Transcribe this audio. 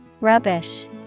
Rubbish